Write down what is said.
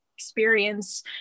experience